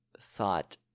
thought